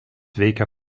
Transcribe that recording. veikė